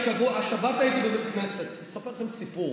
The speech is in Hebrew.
השבת הייתי בבית כנסת, אני אספר לכם סיפור,